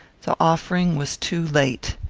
the offering was too late.